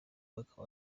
mwaka